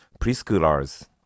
preschoolers